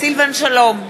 סילבן שלום,